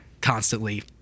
constantly